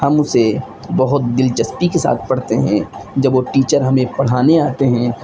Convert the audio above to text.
ہم اسے بہت دلچسپی کے ساتھ پڑھتے ہیں جب وہ ٹیچر ہمیں پڑھانے آتے ہیں